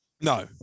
No